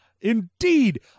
Indeed